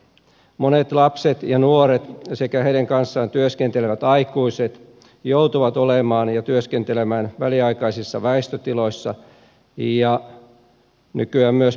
monet lapset ja nuoret sekä heidän kanssaan työskentelevät aikuiset joutuvat olemaan ja työskentelemään väliaikaisissa väistötiloissa ja nykyään myös parakeissa